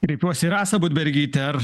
kreipiuosi į rasą budbergytę ar